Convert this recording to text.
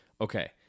okay